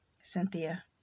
cynthia